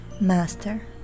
master